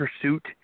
pursuit